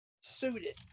suited